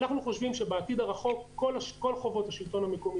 אנחנו חושבים שבעתיד הרחוק כל חובות השלטון המקומי